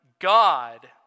God